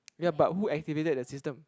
ya but who activated the system